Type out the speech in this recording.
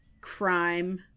crime